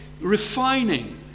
refining